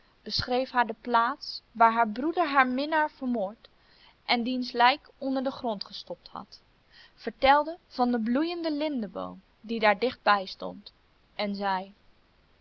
beschreef haar de plaats waar haar broeder haar minnaar vermoord en diens lijk onder den grond gestopt had vertelde van den bloeienden lindeboom die daar dicht bij stond en zei